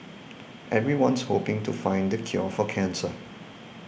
everyone's hoping to find the cure for cancer